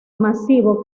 masivo